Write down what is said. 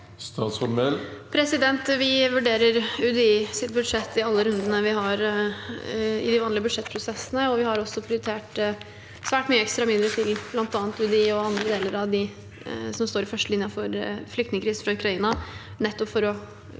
Vi vurderer UDIs budsjett i alle rundene vi har i de vanlige budsjettprosessene, og vi har også prioritert svært mye ekstra midler til bl.a. UDI og andre deler av dem som står i førstelinjen ved flyktningkrisen fra Ukraina, nettopp for å